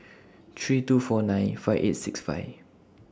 three two four nine five eight six five